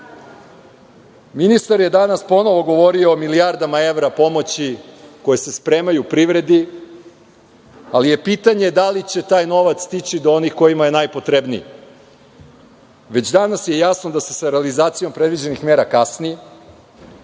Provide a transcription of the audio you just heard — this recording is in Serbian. godinama. Ministar je danas ponovo govorio o milijardama evra pomoći koje se spremaju privredi, ali je pitanje da li će taj novac stići do onih kojima je najpotrebniji. Već danas je jasno da se sa realizacijom predviđenih mera kasni,